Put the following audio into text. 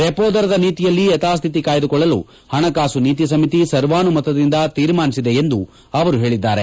repo ದರದ ನೀತಿಯಲ್ಲಿ ಯಥಾಸ್ಗಿತಿ ಕಾಯ್ಗುಕೊಳ್ಲಲು ಹಣಕಾಸು ನೀತಿಸಮಿತಿ ಸರ್ವಾನುಮತದಿಂದ ತೀರ್ಮಾನಿಸಿದೆ ಎಂದು ಅವರು ಹೇಳದ್ದಾರೆ